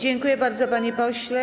Dziękuję bardzo, panie pośle.